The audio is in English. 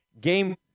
Game